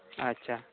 ᱟᱪᱪᱷᱟ